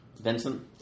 Vincent